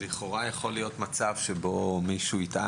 כי עונשו של מי שהפר הוראה הקבועה בהן יהיה מאסר עד